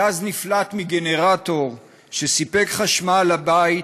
הגז נפלט מגנרטור שסיפק חשמל לבית,